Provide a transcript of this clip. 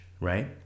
right